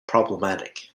problematic